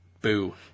Boo